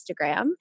Instagram